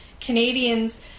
Canadians